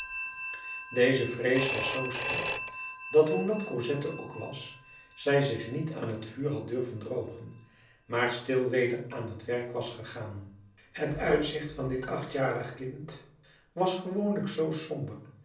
deze vrees was zoo sterk dat hoe nat cosette ook was zij zich niet aan t vuur had durven drogen maar stil weder aan haar werk was gegaan het uitzicht van dit achtjarig kind was gewoonlijk zoo somber